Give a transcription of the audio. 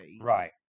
right